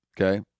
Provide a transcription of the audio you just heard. Okay